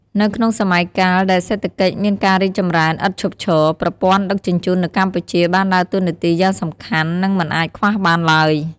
នៅក្នុងសម័យកាលដែលសេដ្ឋកិច្ចមានការរីកចម្រើនឥតឈប់ឈរ ប្រព័ន្ធដឹកជញ្ជូននៅកម្ពុជាបានដើរតួនាទីយ៉ាងសំខាន់និងមិនអាចខ្វះបានឡើយ។